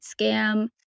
scam